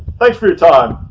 thanks for your time.